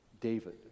David